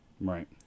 Right